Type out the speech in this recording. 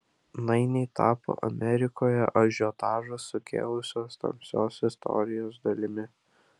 nainiai tapo amerikoje ažiotažą sukėlusios tamsios istorijos dalimi